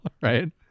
right